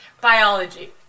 Biology